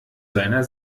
seiner